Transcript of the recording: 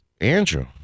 Andrew